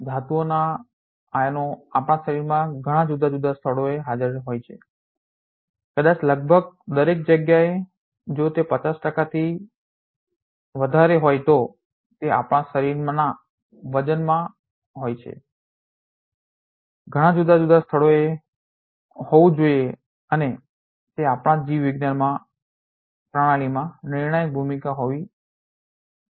ધાતુના આયનો આપણા શરીરના ઘણા જુદા જુદા સ્થળોએ હાજર હોય છે કદાચ લગભગ દરેક જગ્યાએ જો તે 50 ટકાથી કરતા વધારે હોય તો તે આપણા શરીરના વજનમાં હોય છે જે ઘણાં જુદા જુદા સ્થળોએ હોવું જોઈએ અને તે આપણા જીવવિજ્ઞાન પ્રણાલીમાં નિર્ણાયક ભૂમિકા હોવી આવશ્યક છે